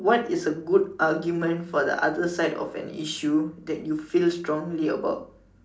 what is a good argument for the other side of an issue that you feel strongly about